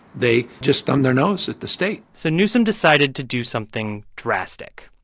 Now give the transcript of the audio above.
they just thumb their nose at the state so newsom decided to do something drastic.